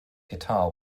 guitar